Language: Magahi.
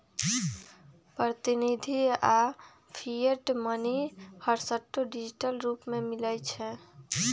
प्रतिनिधि आऽ फिएट मनी हरसठ्ठो डिजिटल रूप में मिलइ छै